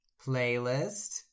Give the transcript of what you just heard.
Playlist